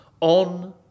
on